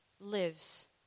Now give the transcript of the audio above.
lives